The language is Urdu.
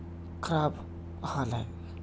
خراب حال ہے